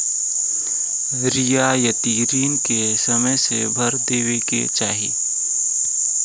रियायती रिन के समय से भर देवे के चाही